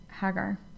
Hagar